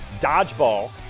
dodgeball